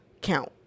count